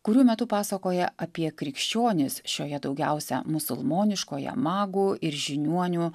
kurių metu pasakoja apie krikščionis šioje daugiausia musulmoniškoje magų ir žiniuonių